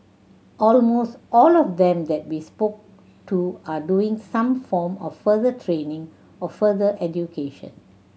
almost all of them that we spoke to are doing some form of further training or further education